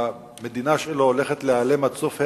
שהמדינה שלו הולכת להיעלם עד סוף העשור.